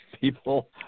people